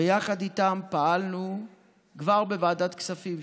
ויחד איתן פעלנו כבר בוועדת הכספים,